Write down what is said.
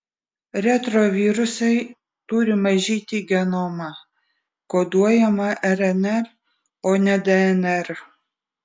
retrovirusai turi mažyti genomą koduojamą rnr o ne dnr